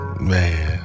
Man